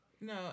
No